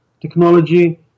technology